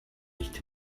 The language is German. nicht